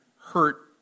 hurt